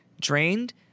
drained